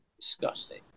Disgusting